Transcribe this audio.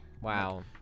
wow